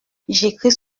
j’écris